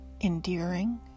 endearing